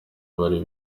bari